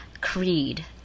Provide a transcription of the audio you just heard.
Creed